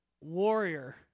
warrior